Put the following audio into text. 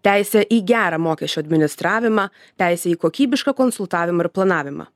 teisę į gerą mokesčių administravimą teisę į kokybišką konsultavimą ir planavimą